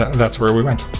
that's where we went.